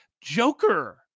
Joker